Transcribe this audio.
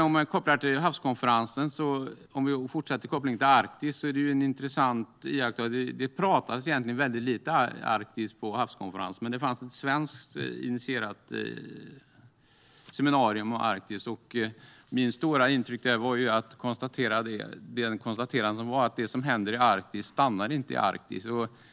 Om jag kopplar havskonferensen till Arktis är det en intressant iakttagelse att det egentligen talades väldigt lite om Arktis. Det fanns ett svenskt initierat seminarium om Arktis. Mitt starka intryck är konstaterandet att det som händer i Arktis inte stannar i Arktis.